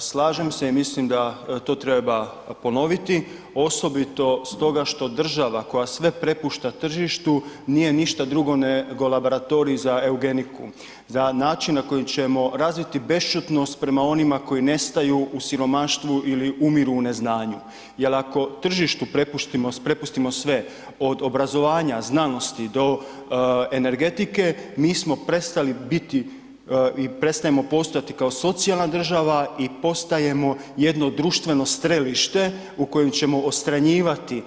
Slažem se i mislim da to treba ponoviti, osobito stoga što država koja sve prepušta tržištu, nije ništa drugo nego laboratorij za eugeniku, za način na koji ćemo razviti besćutnost prema onima koji nestaju u siromaštvu ili umiru u neznanju jel ako tržištu prepustimo sve, od obrazovanja, znanosti, do energetike, mi smo prestali biti i prestajemo postojati kao socijalna država i postajemo jedno društveno strelište u kojem ćemo odstranjivati